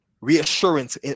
reassurance